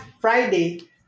Friday